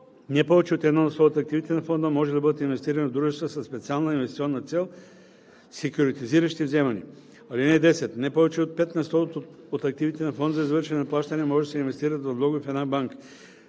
не повече от 1 на сто от активите на фонда може да бъдат инвестирани в дружества със специална инвестиционна цел, секюритизиращи вземания. (10) Не повече от 5 на сто от активите на фонд за извършване на плащания може да се инвестират във влогове в една банка.